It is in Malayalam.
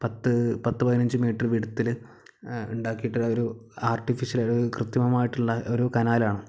പത്ത് പത്ത് പതിനഞ്ച് മീറ്റർ വീതത്തില് ഉണ്ടാക്കിയിട്ടുള്ളൊരു ആർട്ടിഫിഷൽ കൃത്രിമമായിട്ടുള്ള ഒരു കനാലാണ്